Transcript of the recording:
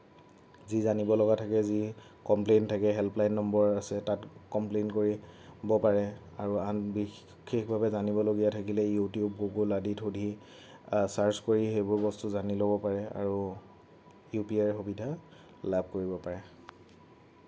যি জানিব লগা থাকে যি কমপ্লেইণ্ট থাকে হেল্পলাইন নম্বৰ আছে তাত কমপ্লেইণ্ট কৰিব পাৰে আৰু আন বিশেষভাৱে জানিবলগীয়া থাকিলে ইউটিউব গুগুল আদিত সুধি ছাৰ্চ কৰি সেইবোৰ বস্তু জানি ল'ব পাৰে আৰু ইউ পি আইৰ সুবিধা লাভ কৰিব পাৰে